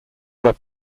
where